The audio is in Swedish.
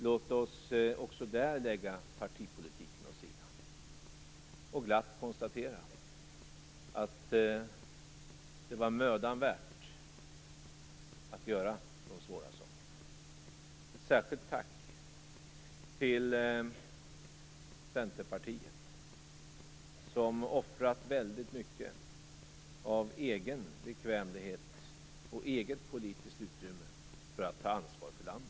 Låt oss också där lägga partipolitiken åt sidan och glatt konstatera att det var mödan värt att göra de svåra sakerna. Ett särskilt tack till Centerpartiet, som offrat väldigt mycket av egen bekvämlighet och eget politiskt utrymme för att ta ansvar för landet.